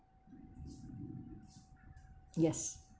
yes